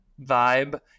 vibe